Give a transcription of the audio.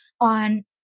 on